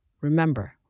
Remember